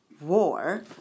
war